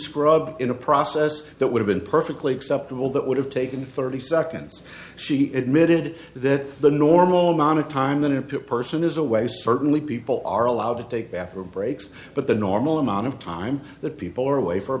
of in a process that would have been perfectly acceptable that would have taken thirty seconds she it mid that the normal amount of time than a person is away certainly people are allowed take bathroom breaks but the normal amount of time that people are away for a